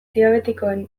diabetikoen